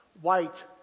white